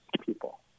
people